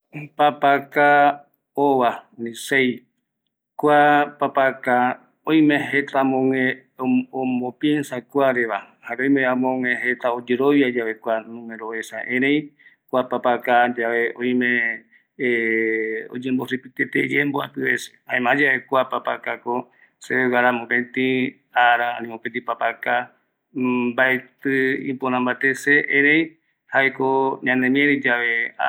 Papaka ova re semandua ye jae voi ajata sereta reta ndie ata aeka rojo vaera roguata jae reta ndie rota iru teta romba rueka rojo vaera rogüeru waka jaema rojo kua ova reve rojoreta ipuere vaera rogüeru mbae.